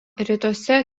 rytuose